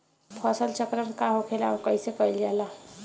फसल चक्रण का होखेला और कईसे कईल जाला?